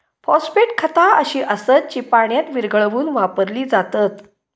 phosphate खता अशी असत जी पाण्यात विरघळवून वापरली जातत